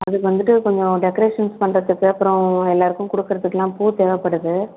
அதற்கு வந்துவிட்டு கொஞ்சம் டெக்ரேசன்ஸ் பண்ணுறதுக்கு அப்புறம் எல்லாருக்கும் கொடுக்குறதுக்குலாம் பூ தேவைப்படுது